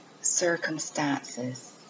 circumstances